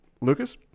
Lucas